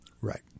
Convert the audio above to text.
Right